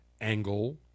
angle